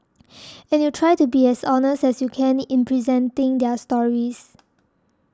and you try to be as honest as you can in presenting their stories